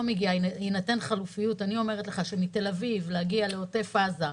מגיעה תיתן חלופה אני אומרת לך שלהגיע מתל אביב לעוטף עזה,